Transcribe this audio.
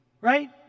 right